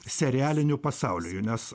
serialiniu pasauliu nes